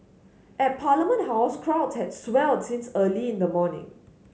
at Parliament House crowds had swelled since early in the morning